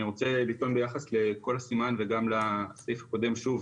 אני רוצה קודם ביחס לכל הסימן וגם ביחס לסעיף הקודם שוב,